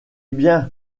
bien